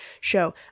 show